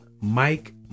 Mike